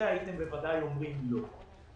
הייתם בוודאי אומרים לא.